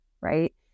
right